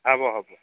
হ'ব হ'ব